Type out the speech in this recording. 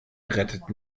rettet